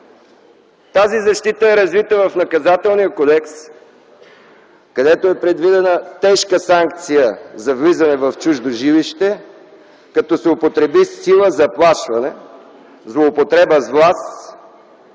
Тази защита е развита в Наказателния кодекс, където е предвидена тежка санкция за влизане в чуждо жилище като се употреби сила, заплашване, злоупотреба с власт